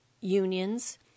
unions